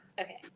okay